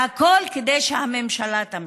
והכול כדי שהממשלה תמשיך.